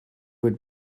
had